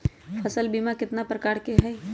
फसल बीमा कतना प्रकार के हई?